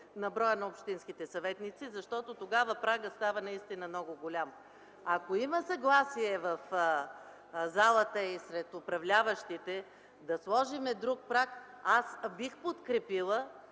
на броя на общинските съветници, защото тогава прагът става наистина много голям. Ако има съгласие в залата и сред управляващите да сложим друг праг, аз бих подкрепила